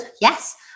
Yes